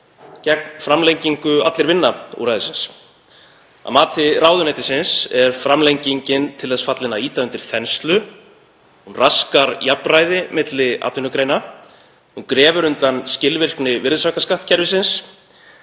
gegn framlengingu Allir vinna-úrræðisins. Að mati ráðuneytisins er framlengingin til þess fallin að ýta undir þenslu. Hún raskar jafnræði milli atvinnugreina og grefur undan skilvirkni virðisaukaskattskerfisins.